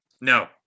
No